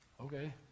Okay